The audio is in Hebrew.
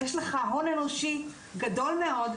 יש לך הון אנושי גדול מאוד,